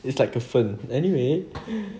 it's like a fern anyway